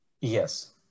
Yes